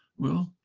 well,